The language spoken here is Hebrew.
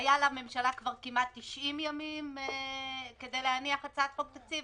היו לממשלה כבר כמעט 90 ימים כדי להניח הצעת חוק תקציב,